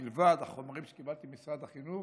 מלבד החומרים שקיבלתי ממשרד החינוך: